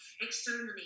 externally